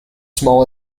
small